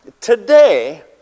Today